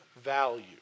value